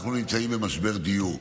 אנחנו נמצאים במשבר דיור.